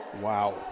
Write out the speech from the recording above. Wow